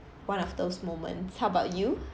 one of those moments how about you